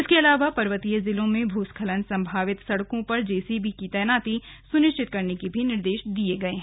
इसके अलावा पर्वतीय जिलों में भूस्खलन संभावित सड़कों पर जेसीबी की तैनाती सुनिश्चित करने के भी निर्देश दिये गए हैं